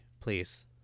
please